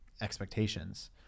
expectations